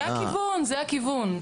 זה הכיוון, זה הכיוון.